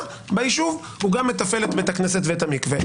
ביישוב הוא גם מתפעל את בית הכנסת ואת המקווה.